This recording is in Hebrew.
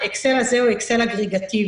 האקסל הזה הוא אקסל אגרגטיבי.